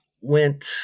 went